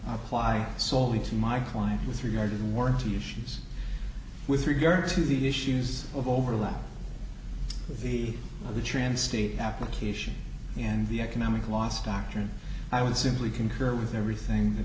apply soley to my client with regard warranty issues with regard to the issues of overlap with the the trance state application and the economic loss doctrine i would simply concur with everything that